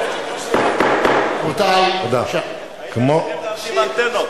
הייתם צריכים לשים אנטנות.